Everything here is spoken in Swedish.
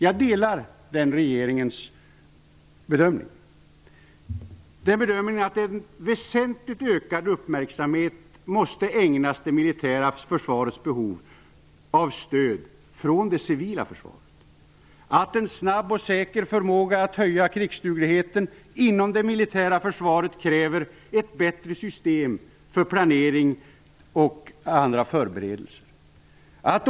Jag delar regeringens bedömning att en väsentligt ökad uppmärksamhet måste ägnas det militära försvarets behov av stöd från det civila försvaret. En snabb och säker förmåga att höja krigsdugligheten inom det militära försvaret kräver ett bättre system för planering och andra förberedelser.